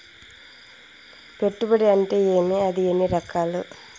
పెట్టుబడి అంటే ఏమి అది ఎన్ని రకాలు